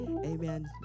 amen